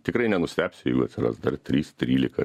tikrai nenustebsiu jeigu atsiras dar trys trylika